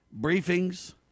briefings